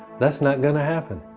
that's not going to happen.